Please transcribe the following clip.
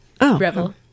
revel